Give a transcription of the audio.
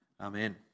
Amen